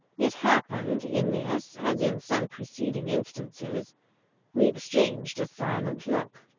it happened in this as in some preceding instances we exchanged a silent look,